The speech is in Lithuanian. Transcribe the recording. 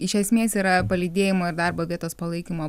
iš esmės yra palydėjimo ir darbo vietos palaikymo